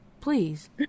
please